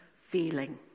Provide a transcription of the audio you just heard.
feeling